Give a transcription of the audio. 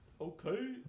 Okay